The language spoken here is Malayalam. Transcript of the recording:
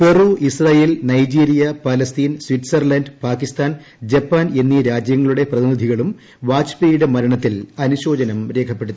Peru Israel Nigeria Palestine Switzerland Pakistan Japan എന്നീ രാജ്യങ്ങളുടെ പ്രതിനിധികളും വാജ്പെയുടെ മരണത്തിൽ അനുശ്ശോചിന് ്രേഖപ്പെടുത്തി